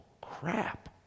crap